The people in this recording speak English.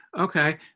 Okay